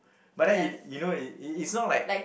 but then you you know it it's it's not like